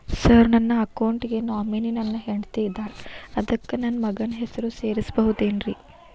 Sir ನನ್ನ account ಗೆ nominee ನನ್ನ ಹೆಂಡ್ತಿ ಇದ್ದಾಳ ಅದಕ್ಕ ನನ್ನ ಮಗನ ಹೆಸರು ಸೇರಸಬಹುದೇನ್ರಿ?